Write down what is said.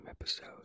episode